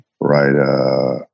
right